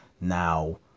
now